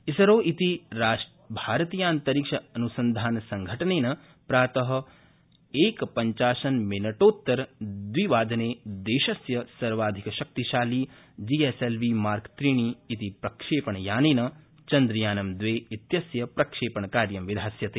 इसरो इति भारतीयान्तरिक्षान्संधानसंघटनेन प्रात एकपञ्चाशन्मिनटोत्तर द्विवादने देशस्य सर्वाधिकशक्तिशाली G S L V mark त्रिणि इति प्रक्षेपणयानेन चन्द्रयानं द्वे इत्यस्य प्रक्षेपणकार्य विधास्यते